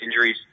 injuries